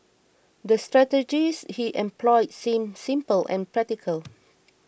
the strategies he employed seemed simple and practical